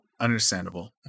understandable